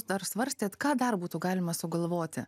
dar svarstėt ką dar būtų galima sugalvoti